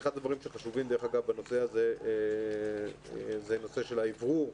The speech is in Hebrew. אחד הדברים שחשובים בנושא הזה הוא נושא של האוורור.